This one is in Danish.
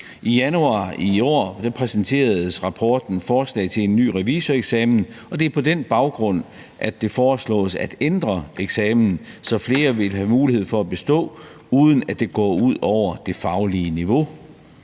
I januar i år præsenteredes rapporten »Forslag til en ny Revisoreksamen«, og det er på den baggrund, at det foreslås at ændre eksamen, så flere vil have mulighed for at bestå, uden at det går ud over det faglige niveau.